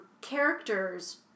characters